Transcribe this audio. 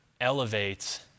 elevates